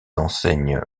enseignes